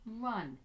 run